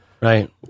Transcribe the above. Right